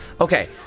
Okay